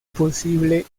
posible